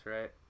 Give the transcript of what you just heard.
right